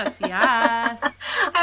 yes